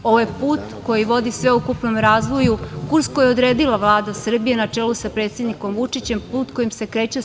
Ovo je put koji vodi sveukupnom razvoju, kurs koji je odredila Vlada Srbije na čelu sa predsednikom Vučićem, put kojim se kreće SNS.